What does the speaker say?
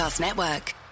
Network